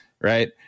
right